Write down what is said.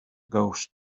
ghost